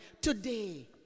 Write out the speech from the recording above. Today